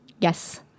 Yes